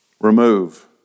Remove